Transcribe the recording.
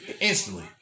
instantly